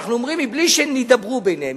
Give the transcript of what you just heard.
שאנחנו אומרים "מבלי שנדברו ביניהם",